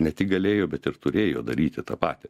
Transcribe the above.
ne tik galėjo bet ir turėjo daryti tą patį